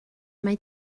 mae